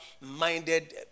minded